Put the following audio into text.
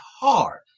hard